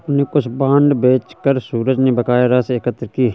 अपने कुछ बांड बेचकर सूरज ने बकाया राशि एकत्र की